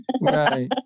Right